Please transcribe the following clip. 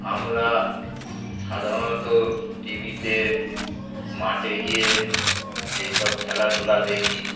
আমরা সাধারণত টিভিতে মাঠে গিয়ে যেই সব খেলাধুলা দেখি